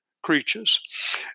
Creatures